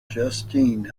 justine